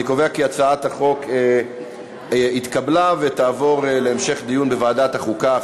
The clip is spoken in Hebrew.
אני קובע כי הצעת החוק התקבלה ותעבור להמשך דיון בוועדת החוקה,